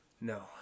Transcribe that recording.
No